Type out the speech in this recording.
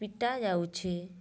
ପିଟାଯାଉଛି